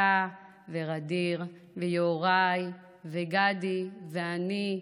אתה וע'דיר ויוראי וגדי ואני,